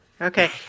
Okay